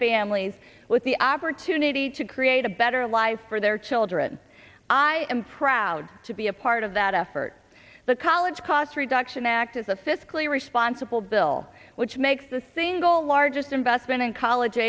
families with the opportunity to create a better life for their children i am proud to be a part of that effort the college cost reduction act is a fiscally responsible bill which makes the single largest investment in college